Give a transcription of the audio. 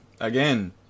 Again